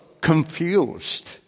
confused